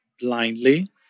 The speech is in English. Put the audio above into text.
blindly